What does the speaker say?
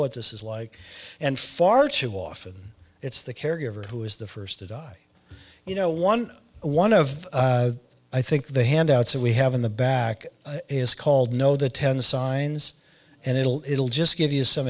what this is like and far too often it's the caregiver who is the first to die you know one one of i think the hand outs and we have in the back is called know the ten signs and it'll it'll just give you some